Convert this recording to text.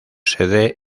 sede